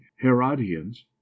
Herodians